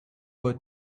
were